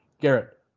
Garrett